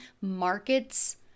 markets